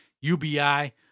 UBI